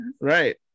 Right